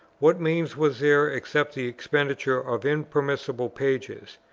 what means was there, except the expenditure of interminable pages,